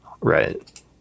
Right